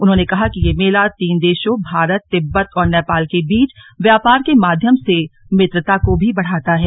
उन्होंने कहा कि ये मेला तीन देशों भारत तिब्बत और नेपाल के बीच व्यापार के माध्यम से मित्रता को भी बढ़ाता है